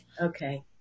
Okay